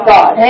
God